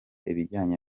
ibijyanye